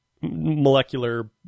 molecular